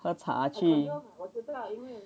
喝茶去